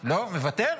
מוותר?